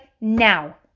now